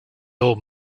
old